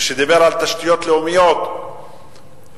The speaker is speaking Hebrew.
כשהוא דיבר על תשתיות לאומיות ותחבורה,